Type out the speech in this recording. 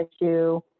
issue